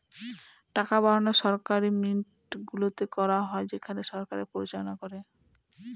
টাকা বানানো সরকারি মিন্টগুলোতে করা হয় যেটাকে সরকার পরিচালনা করে